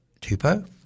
Tupo